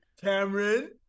Cameron